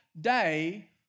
day